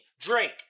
Drake